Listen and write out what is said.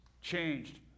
changed